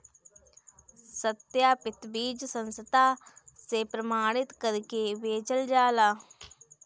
सत्यापित बीज संस्था से प्रमाणित करके बेचल जाला